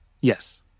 Yes